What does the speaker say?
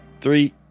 Three